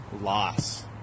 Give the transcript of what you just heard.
loss